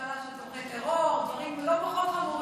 "ממשלה של תומכי טרור" דברים לא פחות חמורים.